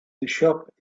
shop